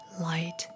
Light